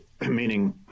meaning